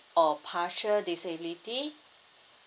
or partial disability